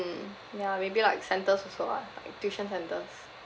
ya maybe like centres also ah like tuition centres